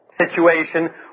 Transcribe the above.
situation